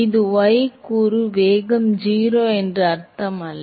இது y கூறு வேகம் 0 என்று அர்த்தமல்ல